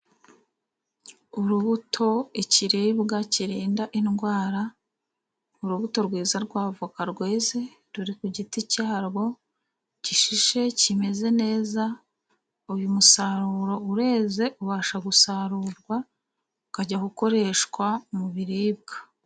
Urubuto, ikiribwa kirinda indwara, urubuto rwiza rwa avoka rweze, ruri ku giti cyarwo gishishe, kimeze neza, uyu musaruro ureze, ubasha gusarurwa ukajya gukoreshwa mu biribwa.